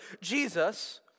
Jesus